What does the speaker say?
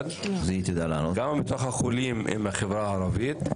כמה מתוך החולים הם מהחברה הערבית?